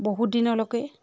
বহুত দিনলৈকে